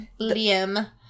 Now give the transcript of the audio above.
Liam